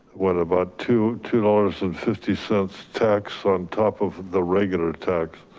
what about to two dollars and fifty cents tax on top of the regular tax?